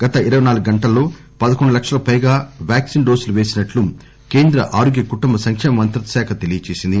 గత ఇరవై నాలుగు గంటల్లో పదకొండు లక్షలకు పైగా వ్యాక్సిన్ డోసులు పేసినట్టు కేంద్ర ఆరోగ్య కుటుంబ సంకేమ మంత్రిత్వ శాఖ తెలియజేసింది